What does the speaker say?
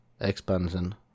expansion